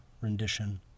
rendition